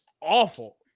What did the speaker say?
awful